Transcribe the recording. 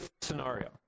scenario